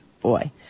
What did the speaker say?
boy